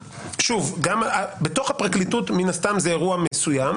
בתוך הפרקליטות מן הסתם זה אירוע מסוים,